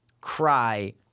cry